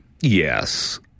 Yes